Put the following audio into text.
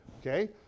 okay